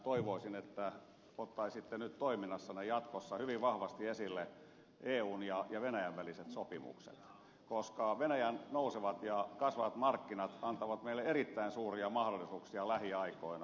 toivoisin että ottaisitte nyt toiminnassanne jatkossa hyvin vahvasti esille eun ja venäjän väliset sopimukset koska venäjän nousevat ja kasvavat markkinat antavat meille erittäin suuria mahdollisuuksia lähiaikoina